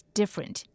different